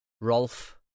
Rolf